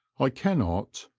i cannot,